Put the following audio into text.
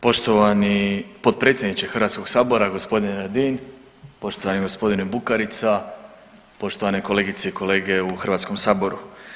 Poštovani potpredsjedniče Hrvatskog sabora, gospodine Radin, poštovani gospodine Bukarica, poštovane kolegice i kolege u Hrvatskom saboru.